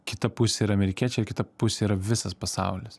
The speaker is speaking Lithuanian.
kitapus yra amerikiečiai ir kita pusė yra visas pasaulis